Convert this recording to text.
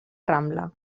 rambla